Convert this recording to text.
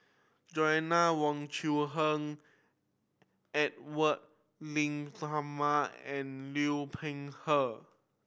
Joanna Wong Quee Heng Edwy Lyonet Talma and Liu Peihe